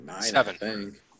Seven